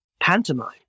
pantomime